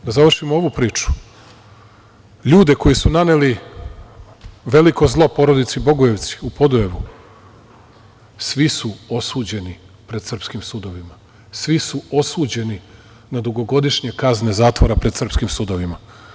Da završimo ovu priču, ljudi koji su naneli veliko zlo porodici Bogojevci, u Podujevu, svi su osuđeni pred srpskim sudovima, svi su osuđeni na dugogodišnje kazne zatvora, pred srpskim sudovima.